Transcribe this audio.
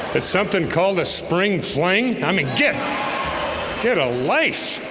as something called a spring fling i'm again get a life